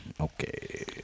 Okay